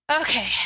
Okay